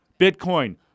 Bitcoin